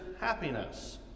happiness